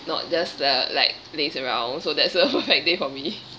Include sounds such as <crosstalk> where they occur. not just uh like laze around so that's <laughs> a perfect day for me